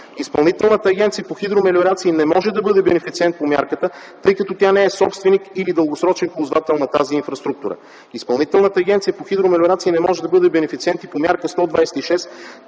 Изпълнителната агенция по хидромелиорации не може да бъде бенефициент на мярката, тъй като тя не е собственик или дългосрочен ползвател на тази инфраструктура. Изпълнителната агенция по хидромелиорации не може да бъде бенефициент и по Мярка 126,